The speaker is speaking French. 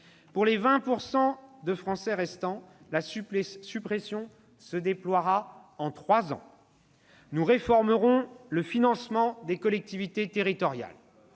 Pour les 20 % de Français restants, la suppression se déploiera sur trois années. « Nous réformerons le financement des collectivités territoriales,